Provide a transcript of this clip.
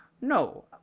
No